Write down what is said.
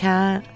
Cat